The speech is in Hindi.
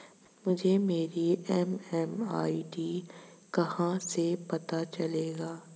मुझे मेरी एम.एम.आई.डी का कहाँ से पता चलेगा?